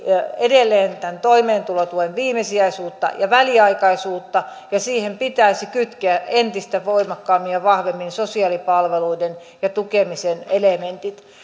edelleen tämän toimeentulotuen viimesijaisuutta ja väliaikaisuutta ja siihen pitäisi kytkeä entistä voimakkaammin ja vahvemmin sosiaalipalveluiden ja tukemisen elementit